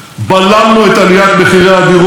אבל בשנה האחרונה הם כמעט נבלמו,